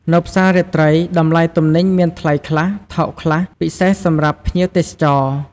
នៅផ្សាររាត្រី តម្លៃទំនិញមានថ្លៃខ្លះ ថោកខ្លះ ពិសេសសម្រាប់ភ្ញៀវទេសចរ។